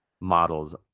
models